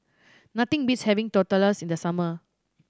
nothing beats having Tortillas in the summer